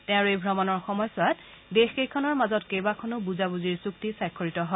তেওঁৰ এই অমণৰ সময়ছোৱাত দেশ কেইখনৰ মাজত কেইবাখনো বুজাবুজিৰ চুক্তি স্বাক্ষৰিত হয়